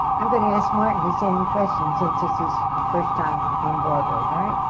i'm going to ask martin the same question, since it's his first time on broadway, right?